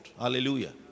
Hallelujah